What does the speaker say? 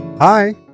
Hi